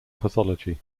pathology